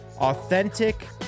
Authentic